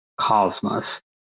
Cosmos